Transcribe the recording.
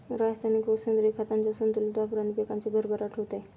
रासायनिक व सेंद्रिय खतांच्या संतुलित वापराने पिकाची भरभराट होते